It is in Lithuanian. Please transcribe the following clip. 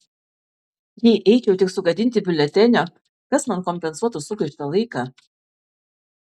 jei eičiau tik sugadinti biuletenio kas man kompensuotų sugaištą laiką